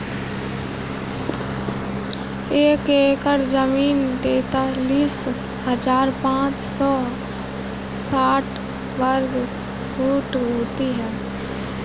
एक एकड़ जमीन तैंतालीस हजार पांच सौ साठ वर्ग फुट होती है